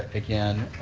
again,